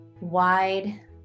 Wide